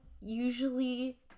Usually